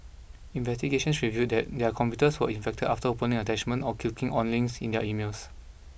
investigations revealed that their computers were infected after opening attachments or clicking on links in their emails